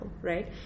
right